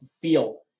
feel